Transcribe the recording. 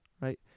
Right